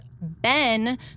Ben